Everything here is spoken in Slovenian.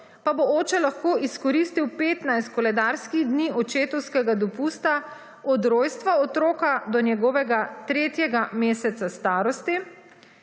pa bo oče lahko izkoristil 15 koledarskih dni očetovskega dopusta od rojstva otroka do njegovega 3. meseca starosti,